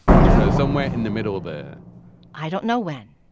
you know somewhere in the middle there i don't know when.